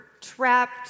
trapped